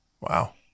Wow